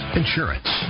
insurance